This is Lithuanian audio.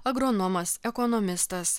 agronomas ekonomistas